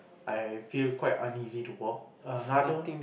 I feel quite uneasy to walk I'd rather